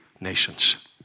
nations